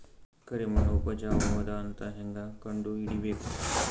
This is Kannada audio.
ಕರಿಮಣ್ಣು ಉಪಜಾವು ಅದ ಅಂತ ಹೇಂಗ ಕಂಡುಹಿಡಿಬೇಕು?